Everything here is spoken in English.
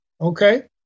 okay